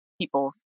people